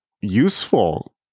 useful